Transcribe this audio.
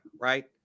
right